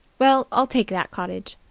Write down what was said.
well, i'll take that cottage.